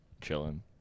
Chilling